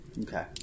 Okay